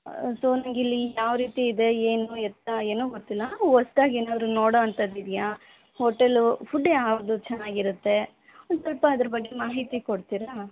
so ನಂಗಿಲ್ಲಿ ಯಾವರೀತಿ ಇದೆ ಏನು ಎತ್ತ ಏನೂ ಗೊತ್ತಿಲ್ಲ ಹೊಸ್ದಾಗಿ ಏನಾದ್ರು ನೋಡೊವಂಥದ್ದು ಇದೆಯಾ ಹೋಟೆಲು ಫುಡ್ ಯಾವುದು ಚೆನ್ನಾಗಿರುತ್ತೆ ಒಂದು ಸ್ವಲ್ಪ ಅದ್ರ ಬಗ್ಗೆ ಮಾಹಿತಿ ಕೊಡ್ತೀರಾ